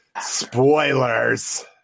spoilers